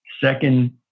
Second